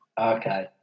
Okay